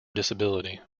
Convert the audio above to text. disability